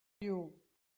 you